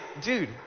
Dude